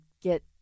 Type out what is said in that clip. get